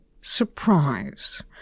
surprise